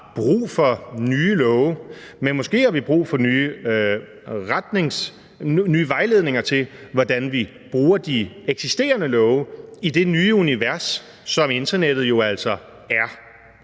brug for nye love, men måske har vi brug for nye vejledninger til, hvordan vi bruger de eksisterende love i det nye univers, som internettet jo altså er,